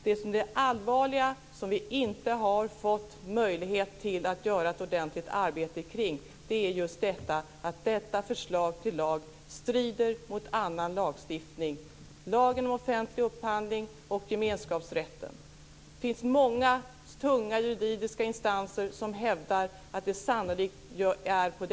Det allvarliga - och som vi inte har fått möjlighet till att göra ett ordentligt arbete med - är att detta förslag till lag strider mot annan lagstiftning, nämligen lagen om offentlig upphandling och gemenskapsrätten. Det finns många, tunga juridiska instanser som hävdar att det sannolikt är så.